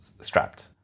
strapped